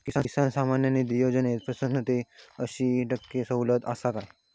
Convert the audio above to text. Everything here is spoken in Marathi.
किसान सन्मान निधी योजनेत पन्नास ते अंयशी टक्के सवलत आसा काय?